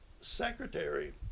secretary